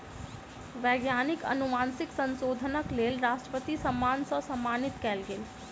वैज्ञानिक अनुवांशिक संशोधनक लेल राष्ट्रपति सम्मान सॅ सम्मानित कयल गेल